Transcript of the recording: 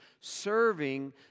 serving